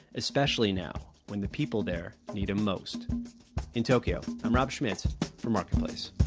especially now, when the people there need him most in tokyo, i'm rob schmitz for marketplace